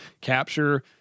capture